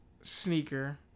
sneaker